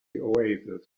oasis